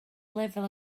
lefel